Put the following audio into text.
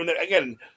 again